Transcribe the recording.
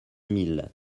mille